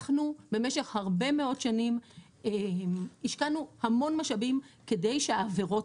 אנחנו במשך הרבה מאוד שנים השקענו המון משאבים כדי שהעבירות